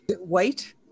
White